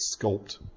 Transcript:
sculpt